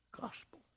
gospel